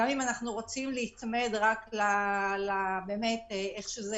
גם אם אנחנו רוצים להיצמד רק לשאלה איך שזה